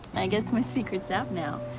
i guess my secret's out now.